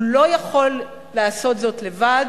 הוא לא יכול לעשות זאת לבד,